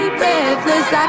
breathless